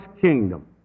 kingdom